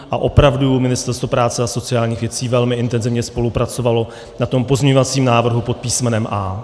A opravdu Ministerstvo práce a sociálních věcí velmi intenzivně spolupracovalo na pozměňovacím návrhu pod písmenem A.